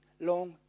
long